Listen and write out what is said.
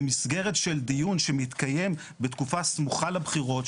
במסגרת של דיון שמתקיים בתקופה סמוכה לבחירות,